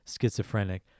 schizophrenic